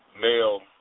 male